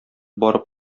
барып